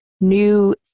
new